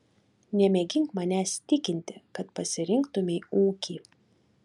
nemėgink manęs tikinti kad pasirinktumei ūkį